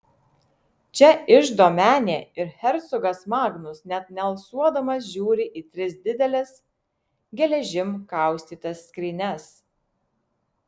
čia iždo menė ir hercogas magnus net nealsuodamas žiūri į tris dideles geležim kaustytas skrynias